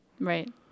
Right